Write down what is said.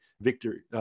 victory